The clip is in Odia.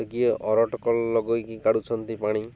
ତ କିଏ ଅରଟକଳ ଲଗେଇକି କାଢ଼ୁଛନ୍ତି ପାଣି